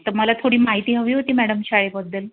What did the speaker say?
तर मला थोडी माहिती हवी होती मॅडम शाळेबद्दल